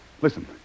Listen